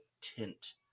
tint